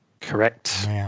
Correct